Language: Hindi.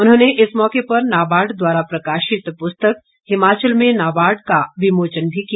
उन्होंने इस मौके पर नाबार्ड द्वारा प्रकाशित पुस्तक हिमाचल में नाबार्ड का विमोचन भी किया